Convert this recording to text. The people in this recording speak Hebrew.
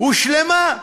הושלמה,